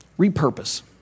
repurpose